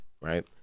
right